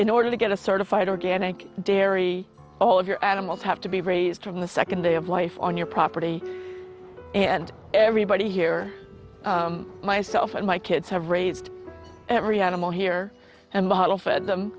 in order to get a certified organic dairy all of your animals have to be raised from the second day of life on your property and everybody here myself and my kids have raised it reanimate here and bottle fed them